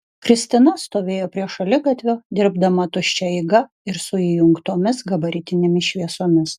kristina stovėjo prie šaligatvio dirbdama tuščia eiga ir su įjungtomis gabaritinėmis šviesomis